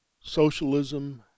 socialism